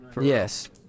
Yes